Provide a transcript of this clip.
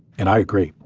and i agree.